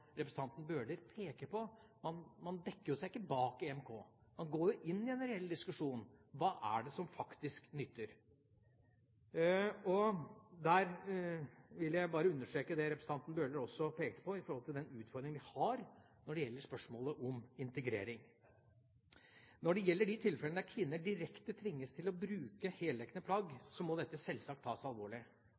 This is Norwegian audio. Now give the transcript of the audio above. representanten Bøhler – peker på. Man dekker seg jo ikke bak EMK, man går inn i en reell diskusjon: Hva er det som faktisk nytter? Der vil jeg bare understreke det som representanten Bøhler også peker på i forhold til den utfordringen vi har når det gjelder spørsmålet om integrering. Når det gjelder de tilfellene der kvinner direkte tvinges til å bruke heldekkende plagg, må dette selvsagt tas alvorlig.